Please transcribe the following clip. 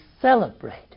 celebrate